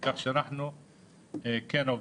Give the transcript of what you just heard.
כך שאנחנו כן עובדים.